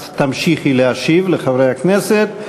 את תמשיכי להשיב לחברי הכנסת.